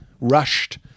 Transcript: rushed